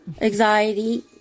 anxiety